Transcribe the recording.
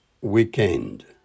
weekend